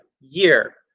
year